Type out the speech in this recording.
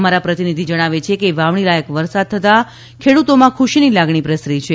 અમારા પ્રતિનિધિ જણાવે છે કે વાવણી લાયક વરસાદ થતાં ખેડૂતોમાં ખુશીની લાગણી પ્રસરી છે